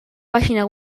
pàgina